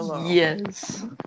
Yes